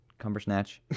Cumbersnatch